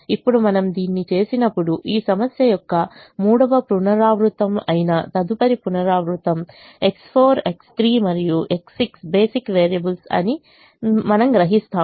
ఇప్పుడు మనం దీన్ని చేసినప్పుడు ఈ సమస్య యొక్క మూడవ పునరావృతం అయిన తదుపరి పునరావృతం x4 X3 మరియు X6 బేసిక్ వేరియబుల్స్ అని మీరు గ్రహిస్తారు